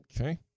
Okay